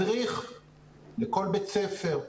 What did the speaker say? מדריך לכל בית ספר,